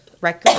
record